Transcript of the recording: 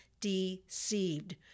deceived